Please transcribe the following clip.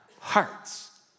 hearts